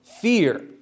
Fear